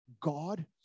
God